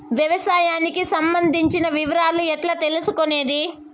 వ్యవసాయానికి సంబంధించిన వివరాలు ఎట్లా తెలుసుకొనేది?